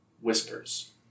Whispers